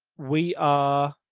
we are